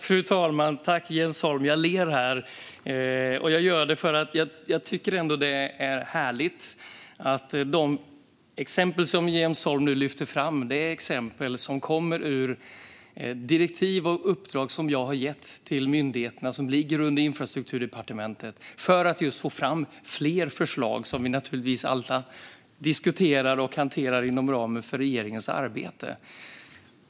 Fru talman! Jag ler här, och jag gör det för att jag tycker att det är härligt att de exempel som Jens Holm lyfter fram är exempel som kommer ur direktiv och uppdrag som jag har gett till de myndigheter som ligger under Infrastrukturdepartementet just för att få fram fler förslag. Dessa förslag diskuterar och hanterar vi naturligtvis inom ramen för regeringens arbete.